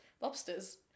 lobsters